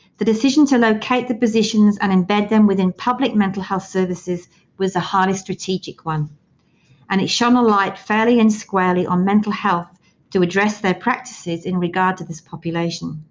the decision to locate the positions and embed them within public mental health services was a highly strategic one and it shone a light fairly and squarely on mental health to address their practices in regard to this population.